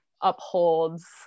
upholds